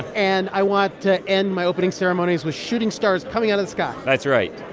and i want to end my opening ceremonies with shooting stars coming out of the sky that's right.